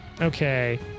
Okay